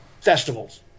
festivals